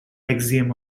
axiom